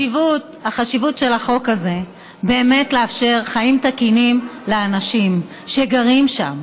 החשיבות של החוק הזה היא באמת לאפשר חיים תקינים לאנשים שגרים שם,